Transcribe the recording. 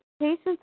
Patients